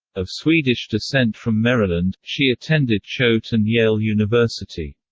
of swedish descent from maryland, she attended choate and yale university.